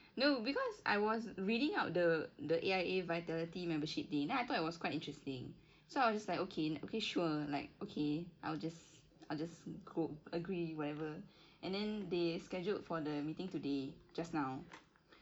no because I was reading up the the A_I_A vitality membership thing then I thought it was quite interesting so I was like okay okay sure like okay I'll just I'll just go agree whatever and then they scheduled for the meeting today just now